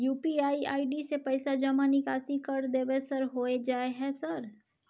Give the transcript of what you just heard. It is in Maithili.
यु.पी.आई आई.डी से पैसा जमा निकासी कर देबै सर होय जाय है सर?